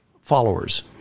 followers